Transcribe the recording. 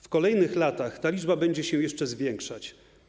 W kolejnych latach ta liczba będzie się jeszcze zwiększać.